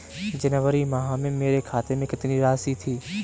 जनवरी माह में मेरे खाते में कितनी राशि थी?